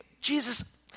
Jesus